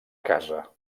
casa